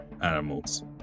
animals